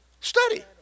Study